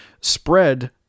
spread